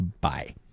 bye